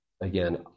Again